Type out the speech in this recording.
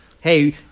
hey